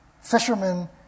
fishermen